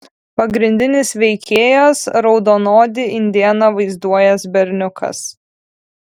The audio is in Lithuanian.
pagrindinis veikėjas raudonodį indėną vaizduojąs berniukas